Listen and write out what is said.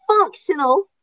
functional